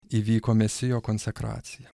įvyko mesijo konsekracija